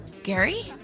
Gary